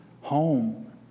home